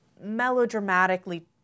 melodramatically